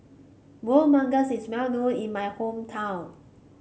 Kueh Manggis is well known in my hometown